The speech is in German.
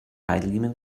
keilriemen